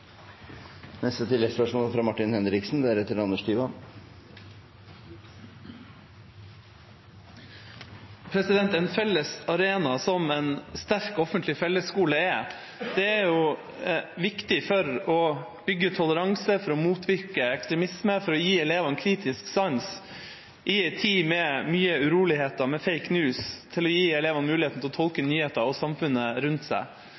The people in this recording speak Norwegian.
Martin Henriksen – til oppfølgingsspørsmål. En felles arena som en sterk offentlig fellesskole er, er viktig for å bygge toleranse, for å motvirke ekstremisme, for å gi elevene kritisk sans i ei tid med mye uroligheter og med «fake news», og til å gi elevene muligheten til å tolke nyheter og samfunnet rundt seg.